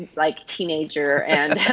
like, teenager and,